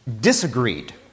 disagreed